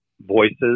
voices